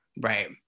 Right